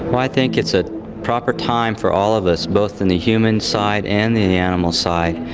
i think it's a proper time for all of us, both on the human side and the animal side,